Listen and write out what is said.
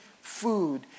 food